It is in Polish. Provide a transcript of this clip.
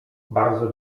bardzo